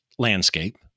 landscape